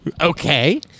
Okay